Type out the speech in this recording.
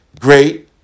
great